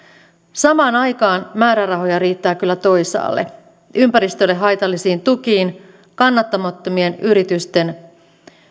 samaan aikaan määrärahoja riittää kyllä toisaalle ympäristölle haitallisiin tukiin kannattamattomien yritysten